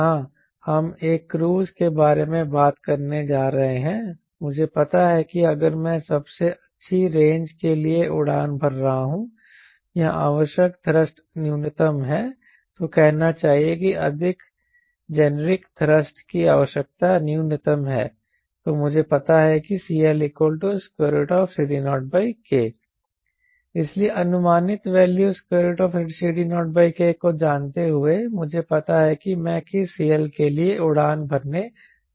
हां हम एक क्रूज के बारे में बात करने जा रहे हैं मुझे पता है कि अगर मैं सबसे अच्छी रेंज के लिए उड़ान भर रहा हूं या आवश्यक थ्रस्ट न्यूनतम है तो कहना चाहिए कि अधिक जेनेरिक थ्रस्ट की आवश्यकता न्यूनतम है तो मुझे पता है कि CLCD0K इसलिए अनुमानित वैल्यू CD0K को जानते हुए मुझे पता है कि मैं किस CL के लिए उड़ान भरने जा रहा हूं